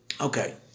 Okay